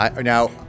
Now